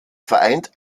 vereint